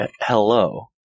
Hello